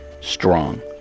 strong